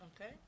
Okay